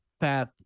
path